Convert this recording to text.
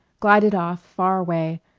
glided off far away,